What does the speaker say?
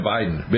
Biden